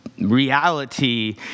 reality